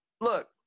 Look